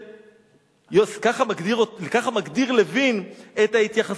ככה מגדיר לוין את ההתייחסות,